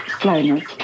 slowness